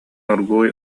оргууй